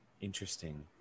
Interesting